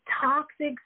toxic